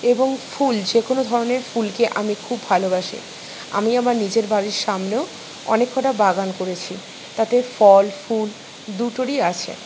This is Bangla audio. এবং ফুল যে কোনো ধরনের ফুলকে আমি খুব ভালোবাসি আমি আমার নিজের বাড়ির সামনেও অনেক কটা বাগান করেছি তাতে ফল ফুল দুটোরই আছে